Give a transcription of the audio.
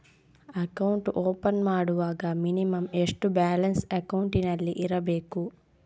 Account open ಮಾಡುವಾಗ minimum ಎಷ್ಟು balance ಅಕೌಂಟಿನಲ್ಲಿ ಇರಬೇಕು?